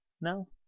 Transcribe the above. No